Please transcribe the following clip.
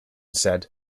said